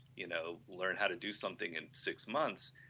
you know, learn how to do something in six months,